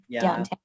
downtown